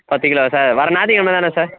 பத்து கிலோவா சார் வர ஞாத்திக்கெழம தான சார்